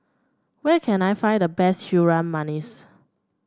where can I find the best Harum Manis